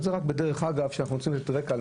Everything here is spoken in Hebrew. זה רק בדרך אגב שאנחנו רוצים לדעת רקע על